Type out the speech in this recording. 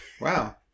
Wow